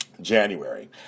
January